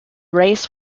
race